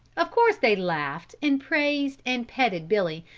of course they laughed and praised and petted billy,